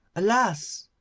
alas!